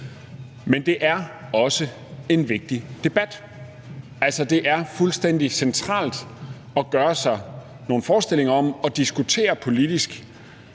Men det er også en vigtig debat. Altså, det er fuldstændig centralt at gøre sig nogle forestillinger om at diskutere politisk,